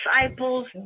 disciples